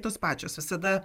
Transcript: tos pačios visada